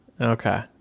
Okay